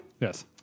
Yes